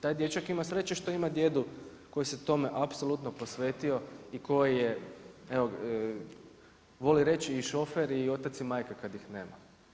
Taj dječak ima sreće što ima djedu koji se tome apsolutno posvetio i koji je evo, voli reći i šofer i otac i majka kad ih nema.